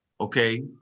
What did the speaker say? okay